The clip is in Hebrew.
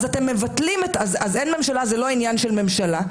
אז זה לא עניין של ממשלה,